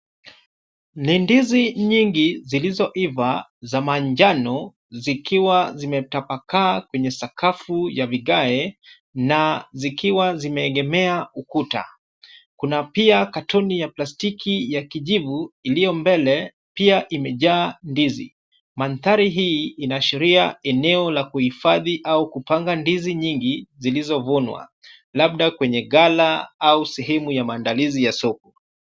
Ni ndizi nyingi zilizoiva za manjano zikiwa zimetapakaa kwenye sakafu ya vigae na zikiwa zimeegemea ukuta. Kuna pia katoni ya plastiki ya kijivu iliyo mbele pia imejaa ndizi. Mandhari hii inaashiria eneo la kuhifadhi au kupanga ndizi nyingi zilizovunwa labda kwenye ghala au sehemu ya maandalizi ya soko.